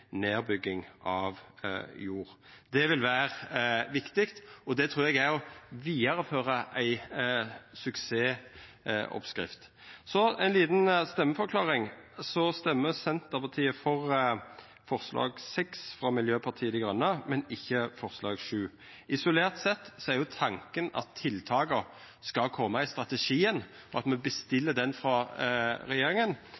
nedbygging av jord. Det vil vera viktig, og det trur eg er å vidareføra ei suksessoppskrift. Så til ei lita stemmeforklaring. Senterpartiet stemmer for forslag nr. 6, frå Miljøpartiet Dei Grøne, men ikkje forslag nr. 7. Isolert sett er tanken at tiltaka skal koma i strategien, og at me